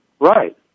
Right